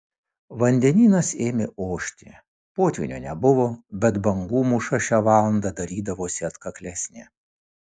vandenynas ėmė ošti potvynio nebuvo bet bangų mūša šią valandą darydavosi atkaklesnė